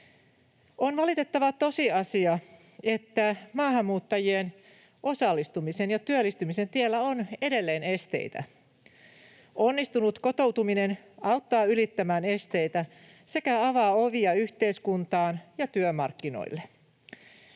On valitettava tosiasia, että maahanmuuttajien osallistumisen ja työllistymisen tiellä on edelleen esteitä. Onnistunut kotoutuminen auttaa ylittämään esteitä sekä avaa ovia yhteiskuntaan ja työmarkkinoille.